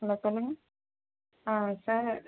hello சொல்லுங்கள் sir